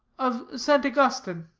of st. augustine?